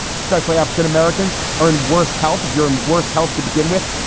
especially african-americans, are in worse health. if you're in worse health to begin with,